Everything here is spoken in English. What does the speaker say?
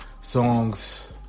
songs